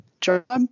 job